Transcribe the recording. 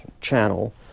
channel